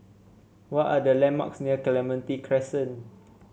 what are the landmarks near Clementi Crescent